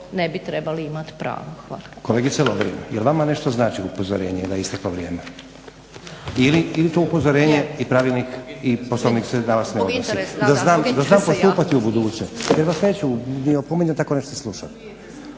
ne bi trebali imat pravo. Hvala. **Stazić, Nenad (SDP)** Kolegice Lovrin jel' vama nešto znači upozorenje da je isteklo vrijeme? Ili to upozorenje i pravilnik, Poslovnik se na vas ne odnosi? Da znam postupati u buduće, jer vas neću ni opominjati ako nećete slušati.